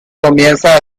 comienza